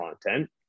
content